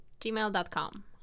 gmail.com